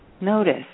Notice